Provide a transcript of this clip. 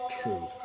true